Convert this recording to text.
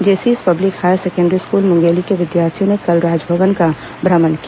जेसीस public higher secondary school Mungeli के विद्यार्थियों ने कल राजभवन का भ्रमण किया